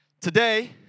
Today